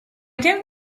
don’t